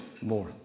more